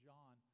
John